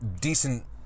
decent